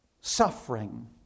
suffering